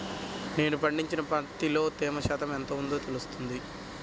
నేను పండించిన పత్తిలో తేమ శాతం ఎంత ఉందో ఎలా తెలుస్తుంది?